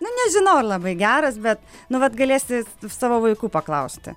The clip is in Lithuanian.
na nežinau ar labai geras bet nu vat galėsi savo vaikų paklausti